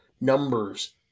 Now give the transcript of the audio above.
numbers